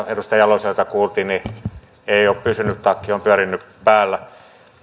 edustaja jaloselta kuultiin niin ei ole pysynyt takki on pyörinyt päällä